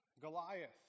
Goliath